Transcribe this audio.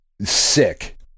sick